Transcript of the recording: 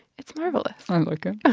it's marvelous i and like and